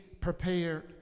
prepared